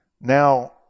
now